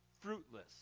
fruitless